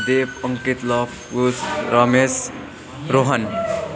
Dev Ankit Lav Kush Ramesh Rohan